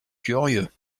curieux